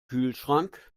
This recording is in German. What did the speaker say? kühlschrank